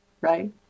right